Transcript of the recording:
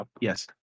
Yes